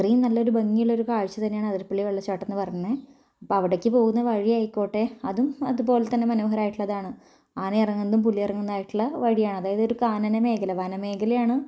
അത്രയും നല്ല ഒരു ഭംഗിയുള്ള ഒരു കാഴ്ച തന്നെയാണ് ആതിരപ്പള്ളി വെള്ളച്ചാട്ടം എന്ന് പറയുന്നത് അപ്പോൾ അവിടേക്ക് പോകുന്ന വഴിയായിക്കോട്ടേ അതും അതുപോലെ തന്നെ മനോഹരമായിട്ടുള്ളതാണ് ആനയിറങ്ങുന്നതും പുലിയിറങ്ങുന്നതുമായിട്ടുള്ള വഴിയാണ് അതായത് ഒരു കാനന മേഖല വനമേഖലയാണ്